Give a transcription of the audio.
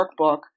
workbook